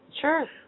Sure